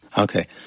Okay